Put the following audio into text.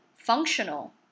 functional